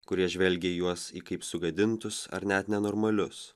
kurie žvelgia į juos į kaip sugadintus ar net nenormalius